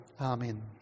Amen